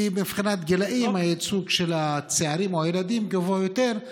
כי מבחינת הגילים הייצוג של הצעירים או הילדים גבוה יותר,